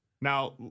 Now